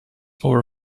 over